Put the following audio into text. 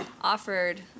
offered